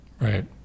right